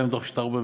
גם בדוח שטאובר,